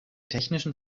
technischen